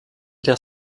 der